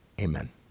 Amen